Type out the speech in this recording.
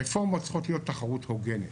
הרפורמות צריכות להיות תחרות הוגנת.